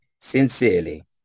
Sincerely